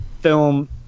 film